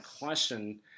question